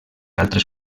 altres